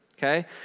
Okay